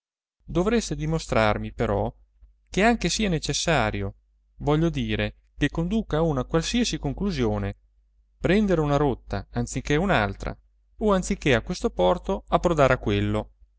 dovreste dimostrarmi però che anche sia necessario voglio dire che conduca a una qualsiasi conclusione prendere una rotta anziché un'altra o anziché a questo porto approdare a quello